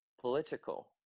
political